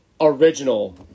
original